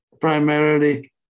primarily